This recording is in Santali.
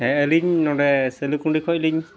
ᱦᱮᱸ ᱟᱹᱞᱤᱧ ᱱᱚᱰᱮ ᱥᱤᱞᱩᱠᱩᱸᱰᱤ ᱠᱷᱚᱱᱞᱤᱧ